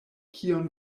kion